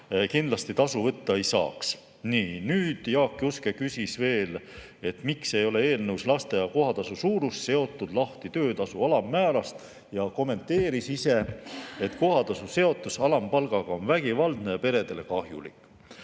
kindlasti tasu võtta ei saaks. Jaak Juske küsis veel, miks ei ole eelnõus lasteaia kohatasu suurus seotud lahti töötasu alammäärast. Ta kommenteeris, et kohatasu seotus alampalgaga on vägivaldne ja peredele kahjulik.